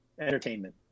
entertainment